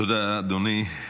תודה, אדוני.